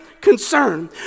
Concern